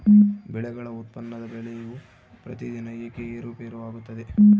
ಬೆಳೆಗಳ ಉತ್ಪನ್ನದ ಬೆಲೆಯು ಪ್ರತಿದಿನ ಏಕೆ ಏರುಪೇರು ಆಗುತ್ತದೆ?